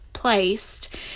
Placed